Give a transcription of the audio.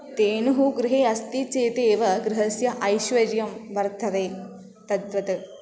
धेनुः गृहे अस्ति चेदेव गृहस्य ऐश्वर्यं वर्तते तद्वत्